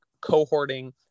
cohorting